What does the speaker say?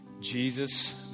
Jesus